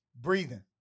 breathing